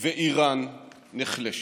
ואיראן נחלשת.